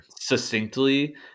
succinctly